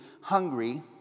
hungry